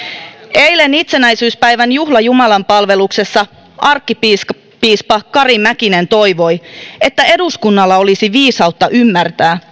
eilen itsenäisyyspäivän juhlajumalanpalveluksessa arkkipiispa arkkipiispa kari mäkinen toivoi että eduskunnalla olisi viisautta ymmärtää